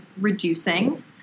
reducing